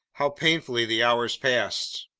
how painfully the hours passed,